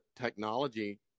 technology